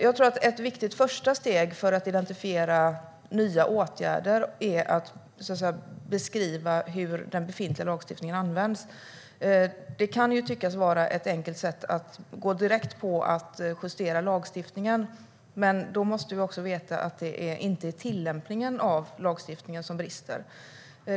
Jag tror att ett viktigt första steg för att identifiera nya åtgärder är att beskriva hur den befintliga lagstiftningen används. Det kan tyckas vara ett enkelt sätt att gå direkt på att justera lagstiftningen, men då måste vi också veta att det inte är tillämpningen av lagstiftningen som brister.